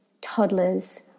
toddlers